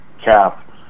cap